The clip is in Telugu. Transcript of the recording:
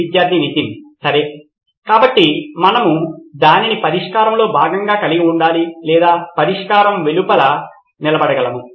విద్యార్థి నితిన్ సరే కాబట్టి మనము దానిని పరిష్కారంలో భాగంగా కలిగి ఉండాలి లేదా పరిష్కారం వెలుపల నిలబడగలము